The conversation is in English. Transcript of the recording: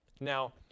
Now